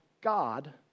God